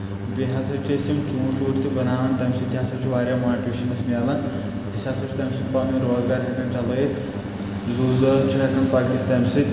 بیٚیہِ ہسا چھِ أسۍ یِم ژوٗنٛٹھۍ ووٗٹھ تہِ بناوان تمہِ سۭتۍ ہسا چھِ واریاہ ماٹِویشن اَسہِ ملن أسۍ ہسا چھِ تٔمۍ سُنٛد پنُن روزگار ہؠکان چلٲیِتھ زُؤ زٲز چھِ ہؠکان پکِتھ تمہِ سۭتۍ